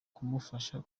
kumufasha